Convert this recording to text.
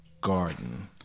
garden